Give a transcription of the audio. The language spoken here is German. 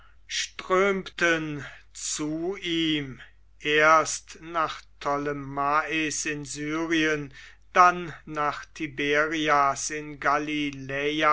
strömten zu ihm erst nach ptolemais in syrien dann nach tiberias in